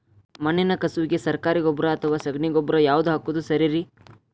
ಮಣ್ಣಿನ ಕಸುವಿಗೆ ಸರಕಾರಿ ಗೊಬ್ಬರ ಅಥವಾ ಸಗಣಿ ಗೊಬ್ಬರ ಯಾವ್ದು ಹಾಕೋದು ಸರೇರಿ?